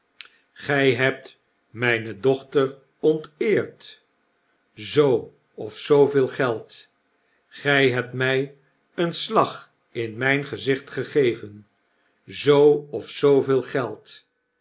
gry hebt mpe dochter onteerd zooof zooveel geld gij hebt mij een slag in mijn gezicht gegeven zoo of zooveel geld